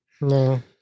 No